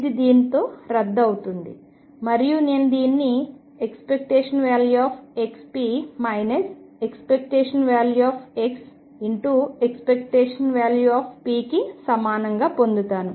ఇది దీనితో రద్దు అవుతుంది మరియు నేను దీనిని ⟨xp⟩ ⟨x⟩⟨p⟩కి సమానంగా పొందుతాను